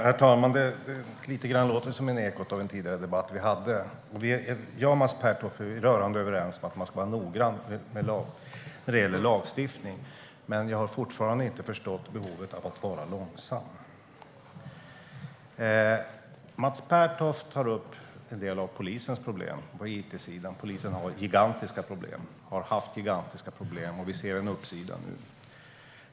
Herr talman! Det låter lite som ekot av en tidigare debatt vi hade. Jag och Mats Pertoft är rörande överens om att man ska vara noggrann när det gäller lagstiftning. Men jag har fortfarande inte förstått behovet av att vara långsam. Mats Pertoft tar upp en del av polisens problem på it-sidan. Polisen har haft gigantiska problem. Vi ser en uppsida nu.